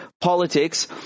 politics